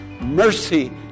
mercy